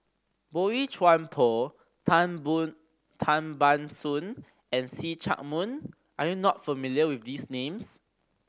Boey Chuan Poh Tan Tan Ban Soon and See Chak Mun are you not familiar with these names